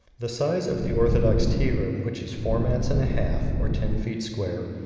the size of the orthodox tea-room, which is four mats and a half, or ten feet square,